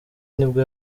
nibwo